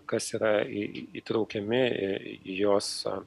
kas yra įtraukiami į jos